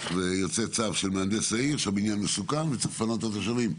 ואז יוצא צו של מהנדס העיר שהבניין מסוכן וצריך לפנות את התושבים.